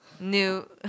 New